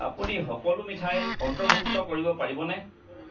আপুনি সকলো মিঠাই অন্তৰ্ভুক্ত কৰিব পাৰিবনে